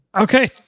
Okay